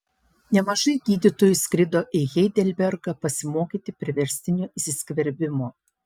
nemažai gydytojų skrido į heidelbergą pasimokyti priverstinio įsiskverbimo